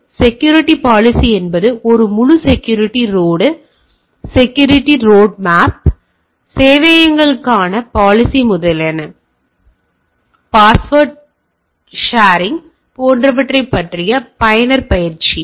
எனவே security policy என்பது ஒரு முழு செக்யூரிட்டி ரோடு மேப் நெட்வொர்க் சேவையகங்களுக்கான பயன்பாட்டுக் பாலிசி முதலியன பாஸ்வர்ட் பகிர்வு போன்றவற்றைப் பற்றிய பயனர் பயிற்சி